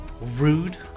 Rude